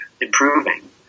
improving